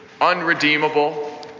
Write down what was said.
unredeemable